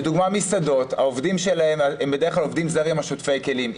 לדוגמה מסעדות העובדים שלהן הם בדרך כלל עובדים זרים או שוטפי כלים.